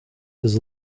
his